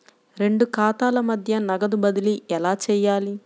రెండు ఖాతాల మధ్య నగదు బదిలీ ఎలా చేయాలి?